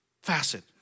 facet